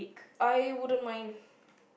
I wouldn't mind